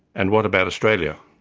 and what about australia?